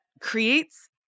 creates